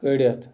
کڑِتھ